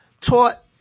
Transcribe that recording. taught